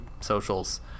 socials